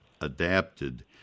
adapted